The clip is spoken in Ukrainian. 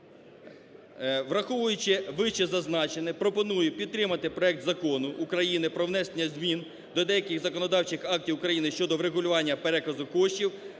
Враховуючи вищезазначене, пропоную підтримати проект Закону України про внесення змін до деяких законодавчих актів України щодо регулювання переказу коштів